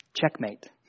Checkmate